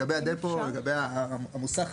לגבי הדפו, לגבי המוסך.